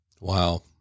Wow